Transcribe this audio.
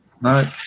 No